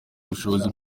ubushobozi